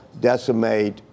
decimate